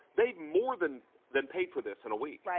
they more than than paid for this in a week.